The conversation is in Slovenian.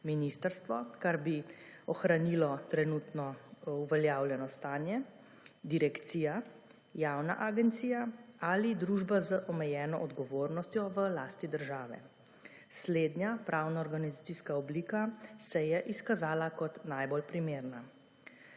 ministrstvo, kar bi ohranilo trenutno uveljavljeno stanje, direkcija, javna agencija ali družba z omejeno odgovornostjo v lasti države. Slednja pravno-organizacijska oblika se je izkazala kot najbolj primerna.